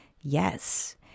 Yes